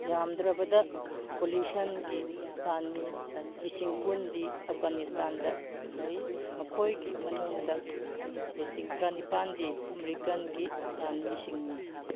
ꯌꯥꯝꯗ꯭ꯔꯕꯗ ꯀꯣꯂꯤꯁꯟꯒꯤ ꯂꯥꯟꯃꯤ ꯂꯤꯁꯤꯡ ꯀꯨꯟꯗꯤ ꯑꯐꯘꯥꯅꯤꯁꯇꯥꯟꯗ ꯂꯩ ꯃꯈꯣꯏꯒꯤ ꯃꯅꯨꯡꯗ ꯂꯤꯁꯤꯡ ꯇꯔꯥ ꯅꯤꯄꯥꯜꯗꯤ ꯑꯥꯃꯦꯔꯤꯀꯥꯟꯒꯤ ꯂꯥꯟꯃꯤꯁꯤꯡꯅꯤ